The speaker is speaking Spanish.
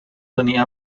tenía